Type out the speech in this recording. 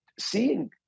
seeing